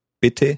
Bitte